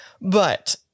But-